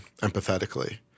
empathetically